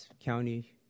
county